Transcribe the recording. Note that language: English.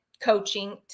coaching